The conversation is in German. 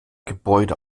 gebäude